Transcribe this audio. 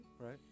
Right